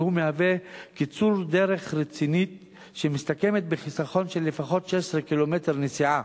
והוא מהווה קיצור דרך רציני שמסתכם בחיסכון של לפחות 16 קילומטר נסיעה,